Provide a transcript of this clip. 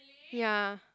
ya